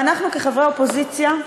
ואנחנו כחברי אופוזיציה,